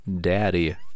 daddy